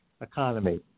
economy